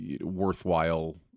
worthwhile